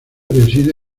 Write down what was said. reside